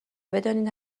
بدانید